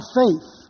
faith